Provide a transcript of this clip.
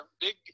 big